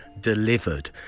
delivered